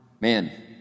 Man